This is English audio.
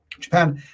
Japan